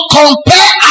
compare